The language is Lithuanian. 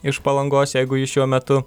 iš palangos jeigu ji šiuo metu